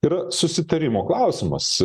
yra susitarimo klausimas